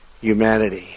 humanity